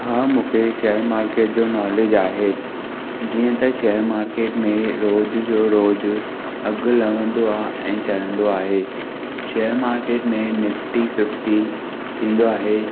हा मूंखे share market जो नॉलेज आहे जीअं त शेअर मार्केट में रोज जो रोज अघु लहंदो आ ऐं चढ़ंदो आहे शेअर मार्केट में निफ्टी फिफ्टी थींदो आहे